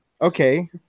okay